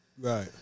Right